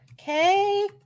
Okay